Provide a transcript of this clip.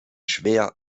schwer